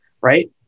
right